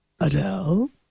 Adele